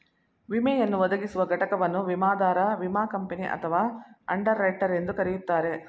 ವಿಮೆಯನ್ನು ಒದಗಿಸುವ ಘಟಕವನ್ನು ವಿಮಾದಾರ ವಿಮಾ ಕಂಪನಿ ಅಥವಾ ಅಂಡರ್ ರೈಟರ್ ಎಂದು ಕರೆಯುತ್ತಾರೆ